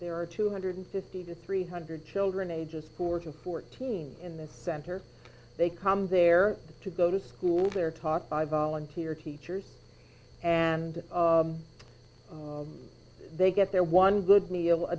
there are two hundred fifty to three hundred children ages four to fourteen in this center they come there to go to school they're talk by volunteer teachers and they get their one good meal a